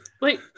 Wait